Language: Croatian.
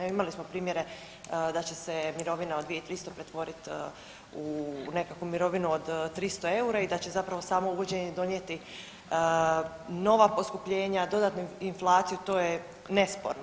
Evo imali smo primjere da će se mirovine od 2300 pretvoriti u nekakvu mirovinu od 300 eura i da će zapravo samo uvođenje donijeti nova poskupljenja, dodatnu inflaciju, to je nesporno.